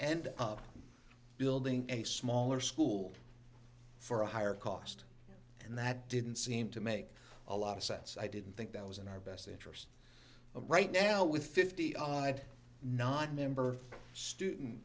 and building a smaller school for a higher cost and that didn't seem to make a lot of sense i didn't think that was in our best interest of right now with fifty odd not member student